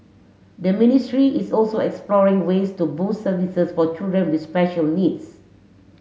the ministry is also exploring ways to boost services for children with special needs